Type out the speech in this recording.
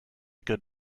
good